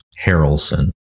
harrelson